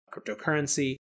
cryptocurrency